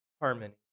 harmony